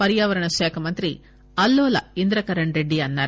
పర్యావరణ శాఖ మంత్రి అల్లోల ఇంద్రకరణ్ రెడ్డి అన్నారు